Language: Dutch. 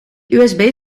usb